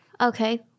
Okay